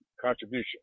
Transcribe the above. contribution